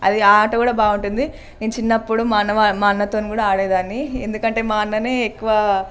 అది ఆ ఆట కూడా బాగుంటుంది నేను చిన్నప్పుడు మా అన్న మా అన్నతో కూడా ఆడేదాన్ని ఎందుకంటే మా అన్న ఎక్కువ